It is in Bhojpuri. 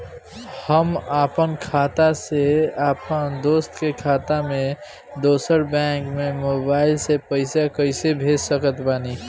हम आपन खाता से अपना दोस्त के खाता मे दोसर बैंक मे मोबाइल से पैसा कैसे भेज सकत बानी?